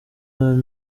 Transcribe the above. alain